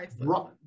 right